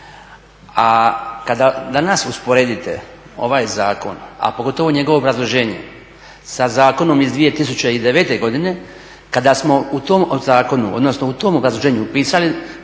A kada danas usporedite ovaj zakon, a pogotovo njegovo obrazloženje sa zakonom iz 2009. godine kada smo u tom zakonu, odnosno u tom obrazloženju upisali